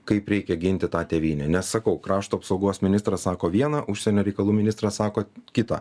kaip reikia ginti tą tėvynę nesakau krašto apsaugos ministras sako vieną užsienio reikalų ministras sako kita